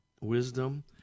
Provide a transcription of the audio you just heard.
wisdom